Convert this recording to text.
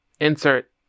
insert